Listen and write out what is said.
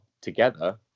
together